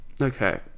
Okay